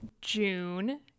June